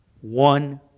One